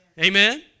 amen